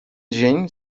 dzień